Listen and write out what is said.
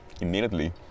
immediately